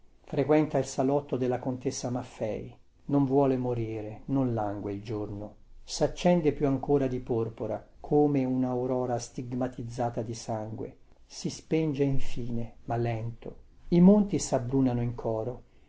frequenta il salotto della contessa maffei non vuole morire non langue il giorno saccende più ancora di porpora come unaurora stigmatizzata di sangue si spenge infine ma lento i monti sabbrunano in coro